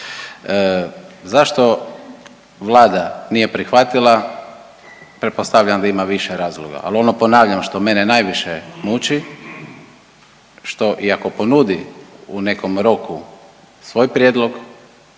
Zašto Vlada nije prihvatila, pretpostavljam da ima više razloga, ali ono ponavljam, što mene najviše muči, što iako ponudi u nekom roku svoj prijedlog,